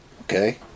Okay